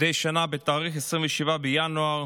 מדי שנה בתאריך 27 בינואר